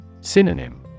Synonym